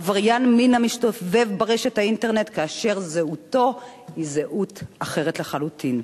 עבריין מין המסתובב באינטרנט כאשר זהותו היא זהות אחרת לחלוטין.